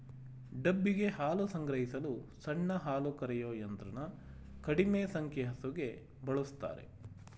ಡಬ್ಬಿಗೆ ಹಾಲು ಸಂಗ್ರಹಿಸಲು ಸಣ್ಣ ಹಾಲುಕರೆಯೋ ಯಂತ್ರನ ಕಡಿಮೆ ಸಂಖ್ಯೆ ಹಸುಗೆ ಬಳುಸ್ತಾರೆ